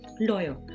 lawyer